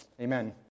Amen